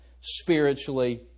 spiritually